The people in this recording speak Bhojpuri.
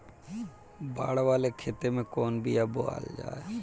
बाड़ वाले खेते मे कवन बिया बोआल जा?